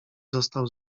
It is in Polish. został